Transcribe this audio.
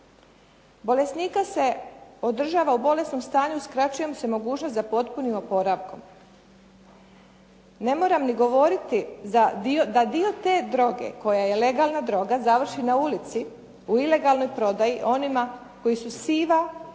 Bolesnika se održava u bolesnom stanju, uskraćuje im se mogućnost za potpunim oporavkom. Ne moram ni govoriti da dio te droge koja je legalna droga završi na ulici u ilegalnoj prodaji onima koji su siva